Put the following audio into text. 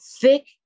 thick